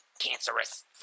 cancerous